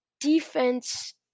defense